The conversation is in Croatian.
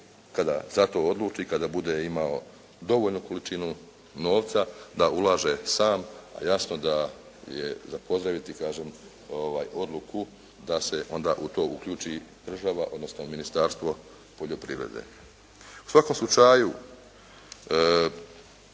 za to odluči, kada bude imao dovoljnu količinu novca da ulaže sam, a jasno je za pozdraviti kažem odluku da se onda u to uključi država, odnosno Ministarstvo poljoprivrede. U svakom slučaju